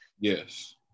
Yes